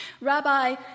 Rabbi